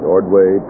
Ordway